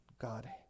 God